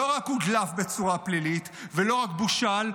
לא רק הודלף בצורה פלילית ולא רק בושל,